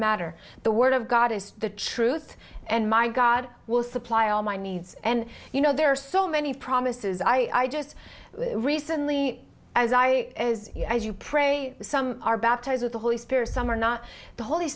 matter the word of god is the truth and my god will supply all my needs and you know there are so many promises i just recently as i as you pray some are baptized with the holy spirit some are not the holy